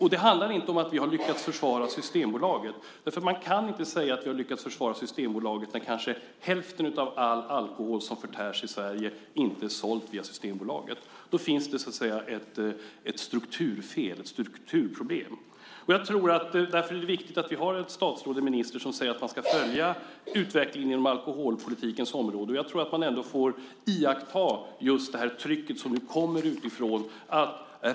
Det handlar inte om att vi har lyckats försvara Systembolaget, för man kan inte säga att vi har lyckats försvara Systembolaget när kanske hälften av all alkohol som förtärs i Sverige inte sålts via Systembolaget. Då finns det så att säga ett strukturfel, ett strukturproblem. Därför är det viktigt att vi har en minister som säger att man ska följa utvecklingen inom alkoholpolitikens område. Jag tror att man ändå får iaktta just det tryck som nu kommer utifrån.